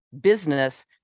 business